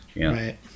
Right